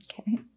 Okay